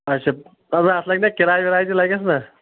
اچھا اَدٕ اَتھ لَگہِ نہ کِراے وِراے تہِ لَگٮ۪س نہ